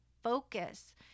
focus